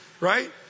right